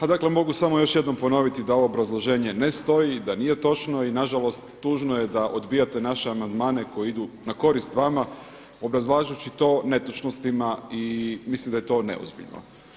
A dakle, mogu još samo jednom ponoviti da ovo obrazloženje ne stoji, da nije točno i na žalost tužno je da odbijate naše amandmane koji idu na korist vama obrazlažući to netočnostima i mislim da je to neozbiljno.